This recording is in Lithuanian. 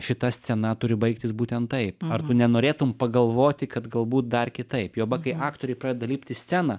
šita scena turi baigtis būtent taip tu nenorėtum pagalvoti kad galbūt dar kitaip juoba kai aktoriai pradeda lipt į sceną